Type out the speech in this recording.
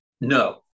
No